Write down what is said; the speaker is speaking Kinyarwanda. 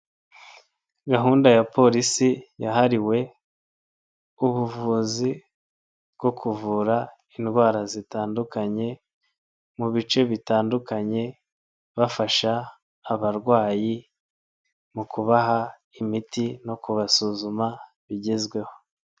Gahunda ya polisi yahariwe ubuvuzi bwo kuvura indwara zitandukanye mu bice bitandukanye, bafasha abarwayi mu kubaha imiti no kubasuzuma bigezweho.